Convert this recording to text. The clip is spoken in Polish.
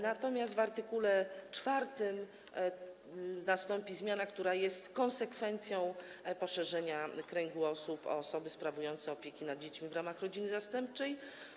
Natomiast w art. 4 nastąpi zmiana, która jest konsekwencją poszerzenia kręgu osób o osoby sprawujące opiekę nad dziećmi w ramach rodziny zastępczej.